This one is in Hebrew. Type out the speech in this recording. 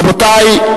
רבותי,